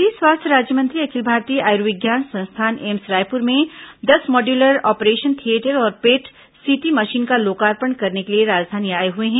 केंद्रीय स्वास्थ्य राज्यमंत्री अखिल भारतीय आयुर्विज्ञान संस्थान एम्स रायपुर में दस मॉड्यूलर ऑपरेशन थियेटर और पेट सीटी मशीन का लोकार्पण करने के लिए राजधानी आए हुए हैं